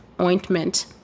ointment